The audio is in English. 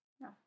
no